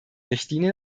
richtlinie